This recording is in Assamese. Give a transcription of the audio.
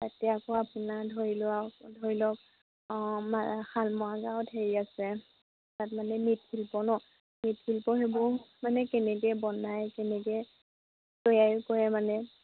তাতে আকৌ আপোনাৰ ধৰি লোৱা ধৰি লওক শালমৰা গাঁৱত হেৰি আছে তাত মানে মৃৎ শিল্প ন মৃৎ শিল্প সেইবোৰ মানে কেনেকৈ বনাই কেনেকৈ তৈয়াৰ কৰে মানে